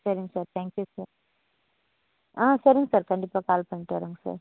சரிங்க sir thank you sir ஆ சரிங்க சார் கண்டிப்பாக கால் பண்ணிட்டு வரோங்க சார்